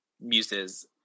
muses